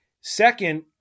Second